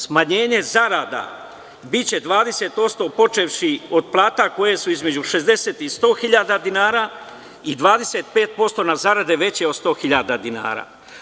Smanjenje zarada biće 20%, počevši od plata koje su između 60 i 100 hiljada dinara i 25% na zarade veće od 100 hiljada dinara.